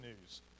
news